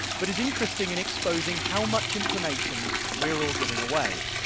but is interesting in exposing how much information we're all giving away,